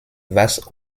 was